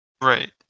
Right